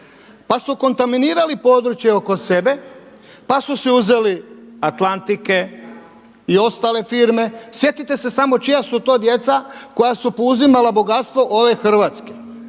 pa su kontaminirali područje oko sebe, pa su si uzeli Atlantike i ostale firme sjetite se samo čija su to djeca koja su pouzimala bogatstvo ove Hrvatske?